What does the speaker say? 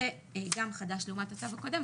זה גם חדש לעומת הצו הקודם,